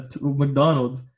McDonald's